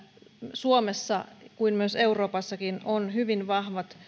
suomessa kuten myös euroopassakin on hyvin vahvat